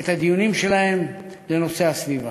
את הדיונים שלהן לנושאי הסביבה.